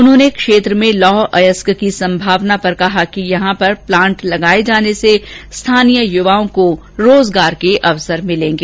उन्होंने क्षेत्र में लौह अयस्क की संभावना पर कहा कि यहां पर प्लांट लगाये जाने से यहां के युवाओं को रोजगार के अवसर भी मिलेंगे